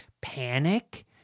panic